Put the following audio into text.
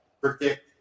predict